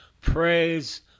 Praise